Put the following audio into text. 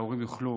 שההורים יוכלו,